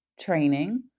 training